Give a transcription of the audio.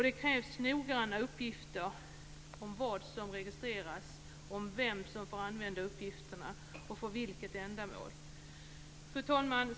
Det krävs noggranna uppgifter om vad som registreras och om vem som får använda uppgifterna och för vilket ändamål. Fru talman!